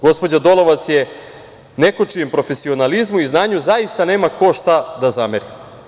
Gospođa Dolovac je neko čijem profesionalizmu i znanju zaista nema ko šta da zameri.